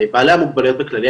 בעלי המוגבלויות בכללי,